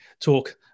talk